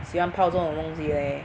喜欢泡这种东西 leh